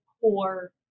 core